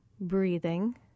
breathing